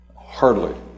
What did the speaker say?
Hardly